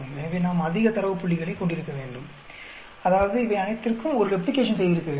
எனவே நாம் அதிக தரவு புள்ளிகளைக் கொண்டிருக்க வேண்டும் அதாவது இவை அனைத்திற்கும் ஒரு ரெப்ளிகேஷன் செய்திருக்க வேண்டும்